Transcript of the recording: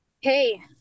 hey